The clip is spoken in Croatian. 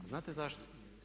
Znate zašto?